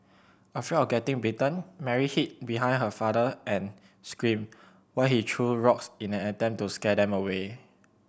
afraid of getting bitten Mary hid behind her father and screamed while he threw rocks in an attempt to scare them away